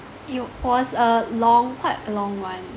!eww! was a long quite a long one